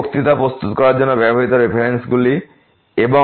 এই বক্তৃতাগুলি প্রস্তুত করার জন্য ব্যবহৃত রেফারেন্সগুলি এবং